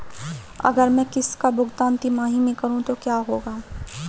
अगर मैं किश्त का भुगतान तिमाही में करूं तो क्या होगा?